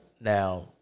Now